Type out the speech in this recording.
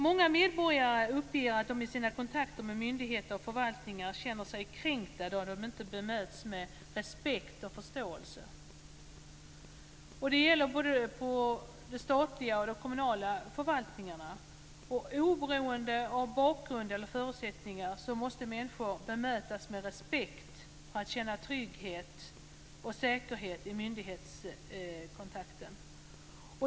Många medborgare uppger att de i sina kontakter med myndigheter och förvaltningar känner sig kränkta då de inte bemöts med respekt och förståelse. Det gäller både de statliga och de kommunala förvaltningarna. Oberoende av bakgrund eller förutsättningar måste människor bemötas med respekt för att känna trygghet och säkerhet i myndighetskontakten.